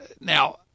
Now